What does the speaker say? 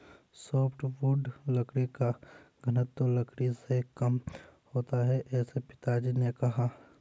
softwood लकड़ी का घनत्व लकड़ी से कम होता है ऐसा पिताजी ने कहा